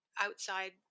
outside